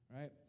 right